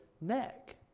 neck